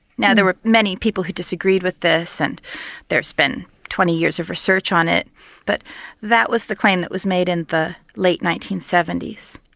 now there were many people who disagreed with this and there's been twenty years of research on it but that was the claim that was made in the late nineteen seventy s.